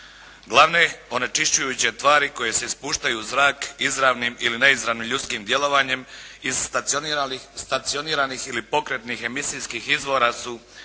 Glavne onečišćujuće tvari koje se spuštaju u zrak izravnim ili neizravnim ljudskim djelovanjem iz stacioniranih ili pokretnih emisijskih izvora su